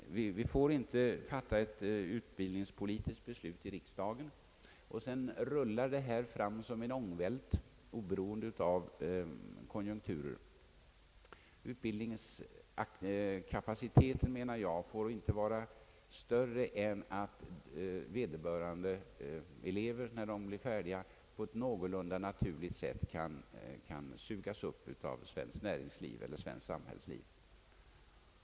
Vi får inte fatta ett utbildningspolitiskt beslut i riksdagen och sedan låta utbildningen rulla fram som en ångvält, oberoende av konjunkturer, Utbildningskapaciteten skall inte vara större, menar jag, än att de färdigutbildade kan på ett någorlunda naturligt sätt sugas upp av svenskt näringsliv och av det svenska samhället.